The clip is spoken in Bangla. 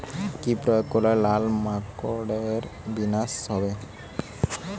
কি প্রয়োগ করলে লাল মাকড়ের বিনাশ হবে?